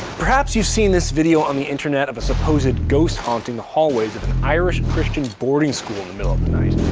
perhaps you've seen this video on the internet of a supposed ghost haunting the hallways of an irish christian boarding school in the middle of the night.